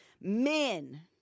Men